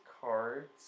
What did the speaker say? cards